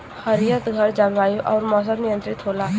हरितघर जलवायु आउर मौसम नियंत्रित होला